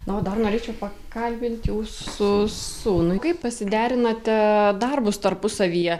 na o dar norėčiau pakalbint jūsų sūnų kaip pasiderinate darbus tarpusavyje